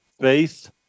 Faith